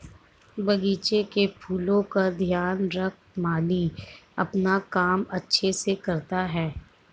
बगीचे के फूलों का ध्यान रख माली अपना काम अच्छे से करता है